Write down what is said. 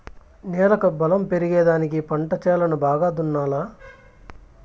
నేలకు బలం పెరిగేదానికి పంట చేలను బాగా దున్నాలా